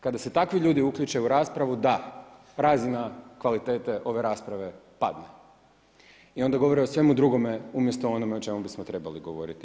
Kada se takvi ljudi uključe u raspravu, da, razina kvalitete ove rasprave padne i onda govore o svemu drugome umjesto o onome o čemu bismo trebali govoriti.